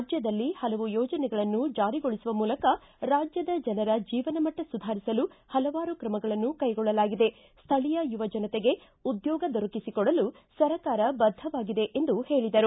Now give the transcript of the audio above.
ರಾಜ್ಜದಲ್ಲಿ ಹಲವು ಯೋಜನೆಗಳನ್ನು ಜಾರಿಗೊಳಿಸುವ ಮೂಲಕ ರಾಜ್ಜದ ಜನರ ಜೀವನಮಟ್ಟ ಸುಧಾರಿಸಲು ಹಲವಾರು ಕ್ರಮಗಳನ್ನು ಕೈಗೊಳ್ಳಲಾಗಿದೆ ಸ್ವಳೀಯ ಯುವಜನತೆಗೆ ಉದ್ಯೋಗ ದೊರಕಿಸಿ ಕೊಡಲು ಸರ್ಕಾರ ಬದ್ದವಾಗಿದೆ ಎಂದು ಹೇಳಿದರು